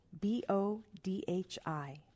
B-O-D-H-I